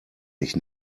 mich